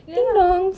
ya lah